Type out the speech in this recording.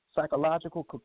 Psychological